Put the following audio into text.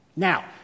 Now